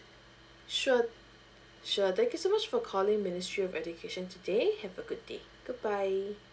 sure sure thank you so much for calling ministry of education today have a good day goodbye